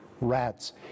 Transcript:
rats